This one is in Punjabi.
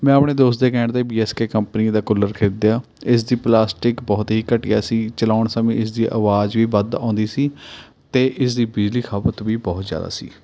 ਮੈਂ ਆਪਣੇ ਦੋਸਤ ਦੇ ਕਹਿਣ 'ਤੇ ਬੀ ਐੱਸ ਕੇ ਕੰਪਨੀ ਦਾ ਕੂਲਰ ਖਰੀਦਿਆ ਇਸ ਦੀ ਪਲਾਸਟਿਕ ਬਹੁਤ ਹੀ ਘਟੀਆ ਸੀ ਚਲਾਉਣ ਸਮੇਂ ਇਸਦੀ ਆਵਾਜ਼ ਵੀ ਵੱਧ ਆਉਂਦੀ ਸੀ ਅਤੇ ਇਸਦੀ ਬਿਜਲੀ ਖੱਪਤ ਵੀ ਬਹੁਤ ਜ਼ਿਆਦਾ ਸੀ